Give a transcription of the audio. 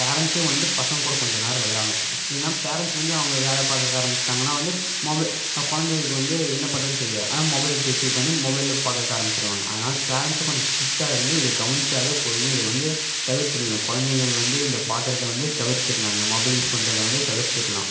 பேரன்ட்ஸும் வந்து பசங்கள் கூட கொஞ்ச நேரம் விளையாடணும் இல்லைனா பேரன்ட்ஸ் வந்து அவங்க வேலை பார்க்க ஆரம்பிச்சுட்டாங்கன்னா வந்து மொப குழந்தைகளுக்கு வந்து என்ன பண்ணுறதுன் தெரியாது அதனால் மொபைல் எடுத்து வெச்சு உட்காந்து மொபைலில் பார்க்க ஆரம்பிச்சுடுவாங்க அதனால் பேரன்ட்ஸும் கொஞ்சம் ஸ்ட்ரிக்டாக இருந்து இதை கவனித்தாவே போதுங்க இது வந்து தவிர்த்தடலாம் குழந்தைங்கள் வந்து இந்த பார்க்குறத வந்து தவிர்த்தடலாங்க மொபைல் யூஸ் பண்ணுறத வந்து தவிர்த்தடலாம்